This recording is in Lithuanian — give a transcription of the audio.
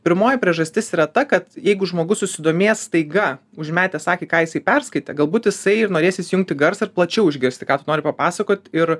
pirmoji priežastis yra ta kad jeigu žmogus susidomėjęs staiga užmetęs akį ką jisai perskaitė galbūt jisai ir norės įsijungti garsą ir plačiau išgirsti ką tu nori papasakot ir